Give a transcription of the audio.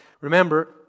Remember